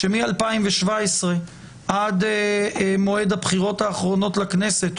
שמ-2017 עד מועד הבחירות האחרונות לכנסת,